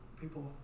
people